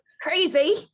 crazy